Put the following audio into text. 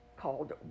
called